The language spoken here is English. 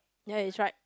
ya it's right